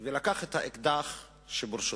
ולקח את האקדח שברשותו.